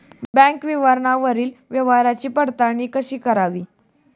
Bank विवरणावरील व्यवहाराची पडताळणी कशी करावी?